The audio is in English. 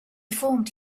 formed